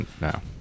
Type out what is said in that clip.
now